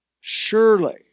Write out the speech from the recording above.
surely